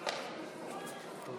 סגן